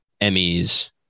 Emmys